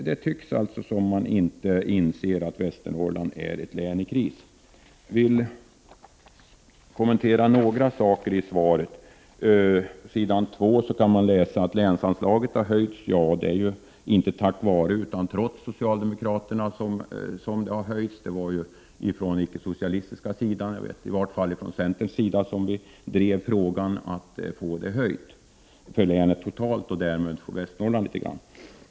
Det tycks alltså som om man inte inser att Västernorrland är ett län i kris. Jag vill kommentera några uppgifter i svaret. På s. 2 kan man läsa att länsanslaget höjts. Ja, det har höjts inte tack vare utan trots socialdemokraterna. Det var den icke socialistiska sidan eller i vart fall centern som drev frågan att få anslaget höjt totalt, och därmed fick Västernorrland litet grand.